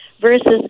versus